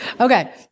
Okay